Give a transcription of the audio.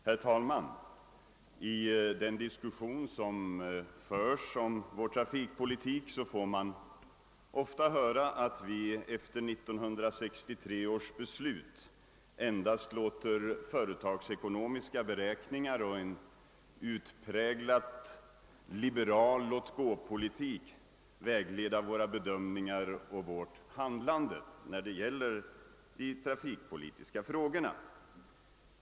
Herr talman! I den diskussion som förs om vår trafikpolitik får vi ofta höra att vi efter 1963 års beslut endast vägleds av företagsekonomiska beräkningar och att en utpräglat liberal låtgåpolitik ligger bakom våra bedömningar och vårt handlande i de trafikpolitiska frågorna.